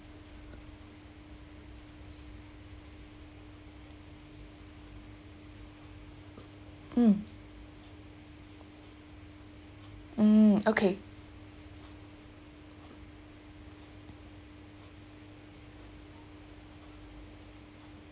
mm mm okay